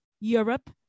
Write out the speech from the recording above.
Europe